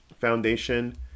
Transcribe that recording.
Foundation